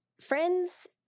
friends